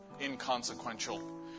inconsequential